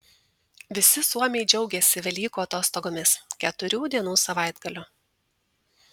visi suomiai džiaugiasi velykų atostogomis keturių dienų savaitgaliu